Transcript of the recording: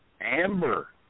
Amber